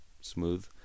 smooth